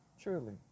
truly